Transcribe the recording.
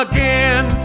Again